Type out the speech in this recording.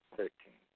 Thirteen